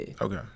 Okay